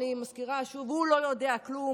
אני מזכירה הוא לא יודע כלום,